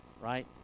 Right